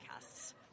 podcasts